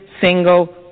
single